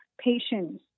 patients